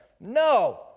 No